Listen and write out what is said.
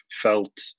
felt